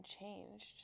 changed